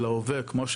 מה שנכון הוא,